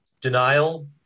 denial